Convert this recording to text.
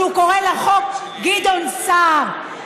כשהוא קורא לחוק חוק גדעון סער.